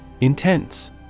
Intense